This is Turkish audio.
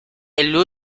elli